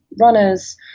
runners